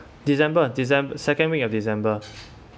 december december second week of december